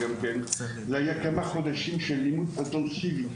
כמה חודשים של אימון אינטנסיבי,